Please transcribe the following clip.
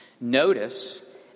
Notice